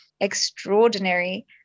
extraordinary